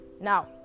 Now